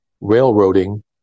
railroading